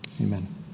Amen